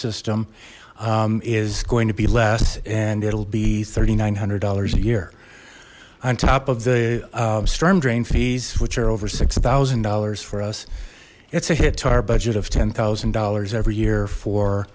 system is going to be less and it'll be thirty nine hundred dollars a year on top of the storm drain fees which are over six thousand dollars for us it's a hit to our budget of ten thousand dollars every year for